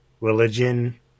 Religion